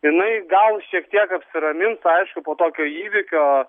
jinai gal šiek tiek apsiramins aišku po tokio įvykio